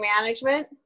management